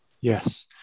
Yes